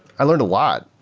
i learned a lot.